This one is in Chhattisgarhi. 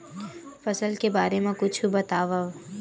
फसल के बारे मा कुछु बतावव